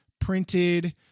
printed